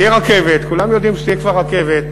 תהיה רכבת, כולם יודעים שתהיה כבר רכבת.